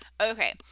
Okay